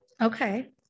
Okay